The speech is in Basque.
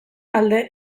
alde